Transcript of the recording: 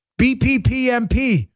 BPPMP